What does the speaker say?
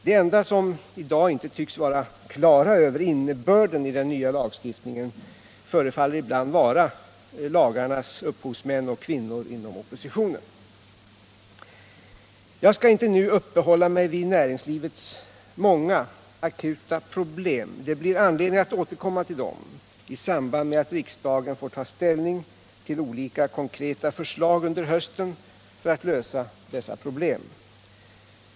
De enda som i dag inte är klara över innebörden i den nya lagstiftningen förefaller vara lagarnas upphovsmän och kvinnor inom oppositionen. Jag skall inte nu uppehålla mig vid näringslivets många akuta problem —- det blir anledning att återkomma till dem i samband med att riksdagen får ta ställning till olika konkreta förslag under hösten för att lösa dessa problem.